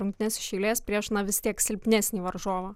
rungtynes iš eilės prieš na vis tiek silpnesnį varžovą